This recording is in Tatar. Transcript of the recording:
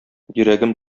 йөрәгем